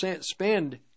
spend